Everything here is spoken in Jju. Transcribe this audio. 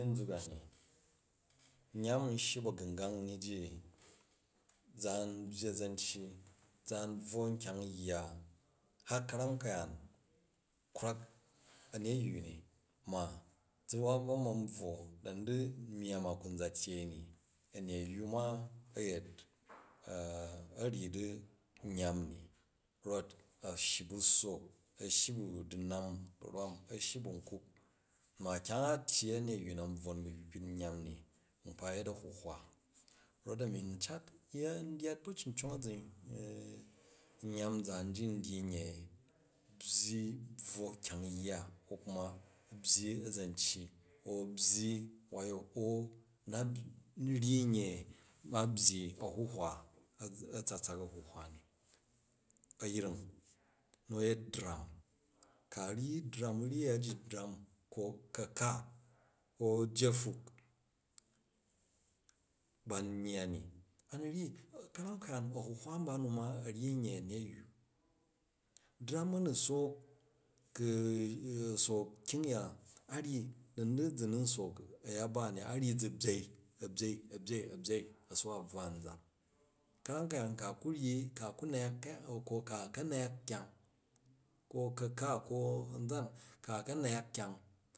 nyam nshyi ba̱gungang nyyi ji zaan byyi a̱zanciyi, zaan u̱ bvwp nkyang yya, hat ka̱ram ka̱yaam kwarak a̱neyyu ni, ma zu wa bvo ma̱n bvwo dani di myaam a ku nza tyyei ni a̱nyeyya ma a̱ yet a̱ ryyi di ryam ni rot a̱ shyi bu̱ sse a̱ shyi ba̱ dunam u̱ ram a̱ shyi bu̱ nkup, ma kyang a tyyi, a̱nyeyyu na n bvwom ba kpikpit nyam ni nkpa yet a̱huhwa, rot a̱mi n cat yen dyaat ba̱cin cong aza̱n nyam nzaan ji ndyi nye tyyi bvwo kyang yya ko kum. a byyi a̱zan cyi an byyi ayo au na ryyi a̱ huhwa a̱tsatsak a̱huhwa ni, a̱yring, nu a̱ yet dramm, ka ryyi dramm u̱ ryyi, yya ji dramm ko ka̱ka ko jefuk ban yya ni, ka̱ram ka̱ram, a̱huhwa ba nu ma a ryyi nye a̱nyeyyu. Dramu a̱ nusook ku a sook kyungya, a ryyi dani di zun sook a̱yaba a ryyi zu byei a byei, a byei, a byei a su wa bvwa a̱n za. Ka̱ram ka̱yaan ka ku ryyi ka ku ryan kyang ko ka ka nyak kyang, ko kaka ko anzan ka ka nyak kyang.